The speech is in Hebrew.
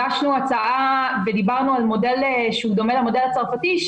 הגשנו הצעה ודיברנו על מודל שהוא דומה למודל הצרפתי,